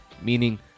meaning